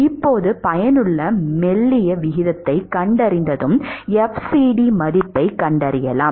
இப்போது பயனுள்ள மெல்லிய விகிதத்தைக் கண்டறிந்ததும் fcd மதிப்பைக் கண்டறியலாம்